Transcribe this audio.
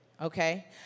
Okay